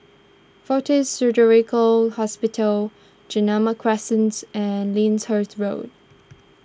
fortis Surgical Hospital Guillemard Crescent and Lyndhurst Road